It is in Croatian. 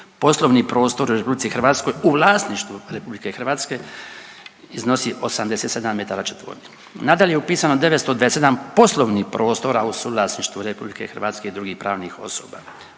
poslovni prostor u Republici Hrvatskoj u vlasništvu Republike Hrvatske iznosi 87 metara četvornih. Nadalje je upisano 927 poslovnih prostora u suvlasništvu Republike Hrvatske i drugih pravnih osoba.